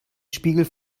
spiegel